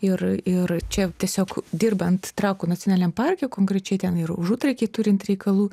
ir ir čia tiesiog dirbant trakų nacionaliniam parke konkrečiai ten ir užutraky turint reikalų